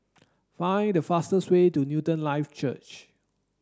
find the fastest way to Newton Life Church